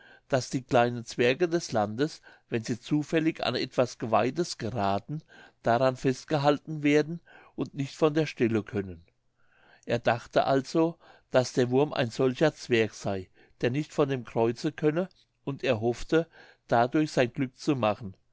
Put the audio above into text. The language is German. daß die kleinen zwerge des landes wenn sie zufällig an etwas geweihtes gerathen daran festgehalten werden und nicht von der stelle können er dachte also daß der wurm ein solcher zwerg sey der nicht von dem kreuze könne und er hoffte dadurch sein glück zu machen